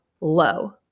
low